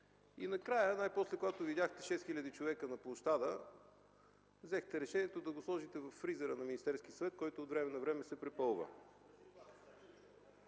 И накрая, най-после, когато видяхте 6 хиляди човека на площада, взехте решение да го сложите във „фризера” на Министерския съвет, който от време на време се препълва.